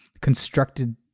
constructed –